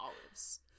olives